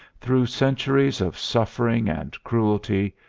through centuries of suffering and cruelty,